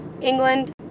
England